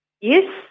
Yes